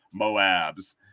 MOABs